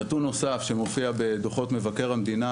נתון נוסף שמופיע בדוחות מבקר המדינה,